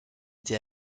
été